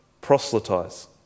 proselytize